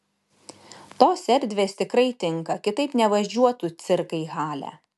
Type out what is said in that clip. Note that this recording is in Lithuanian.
tos erdvės tikrai tinka kitaip nevažiuotų cirkai į halę